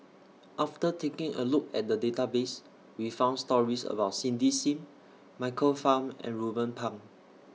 after taking A Look At The Database We found stories about Cindy SIM Michael Fam and Ruben Pang